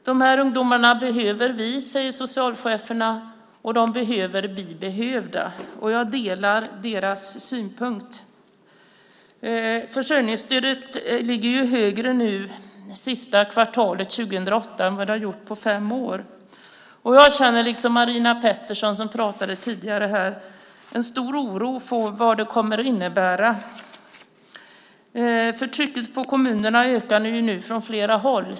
De här ungdomarna behöver vi, säger socialcheferna, och de behöver bli behövda. Jag delar deras åsikt. Försörjningsstödet ligger högre nu sista kvartalet 2008 än det har gjort på fem år, och jag känner liksom Marina Pettersson, som pratade tidigare här, en stor oro för vad det kommer att innebära. Trycket på kommunerna ökar ju nu från flera håll.